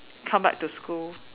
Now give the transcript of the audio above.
come back to school